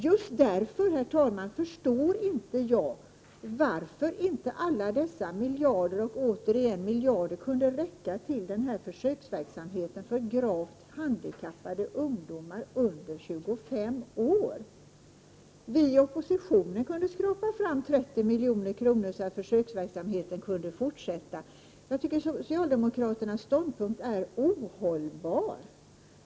Just därför, herr talman, förstår inte jag varför inte alla dessa miljarder och åter miljarder kunde räcka till detta anslag till försöksverksamheten för gravt handikappade ungdomar under 25 år. Vi i oppositionen kunde skrapa ihop 30 milj.kr. så att försöksverksamheten fick fortsätta. Jag tycker att socialdemokraternas ståndpunkt är ohållbar.